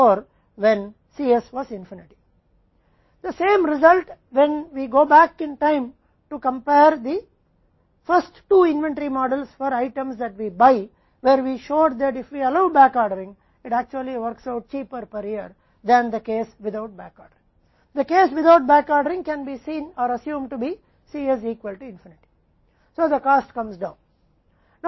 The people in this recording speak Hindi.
वही परिणाम जब हम समय में वापस जाते हैं तो पहले दो इन्वेंट्री मॉडल की तुलना करने के लिए जो आइटम हम खरीदते हैं हमने दिखाया कि यदि हम बैकऑर्डरिंग की अनुमति देते हैं तो यह वास्तव में प्रति वर्ष बिना ऑर्डर के मामले की तुलना में सस्ता काम करता है